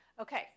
Okay